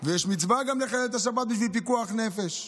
ויש מצווה גם לחלל את השבת בשביל פיקוח נפש.